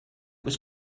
was